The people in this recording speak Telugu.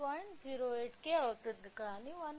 08 k అవుతుంది కానీ 1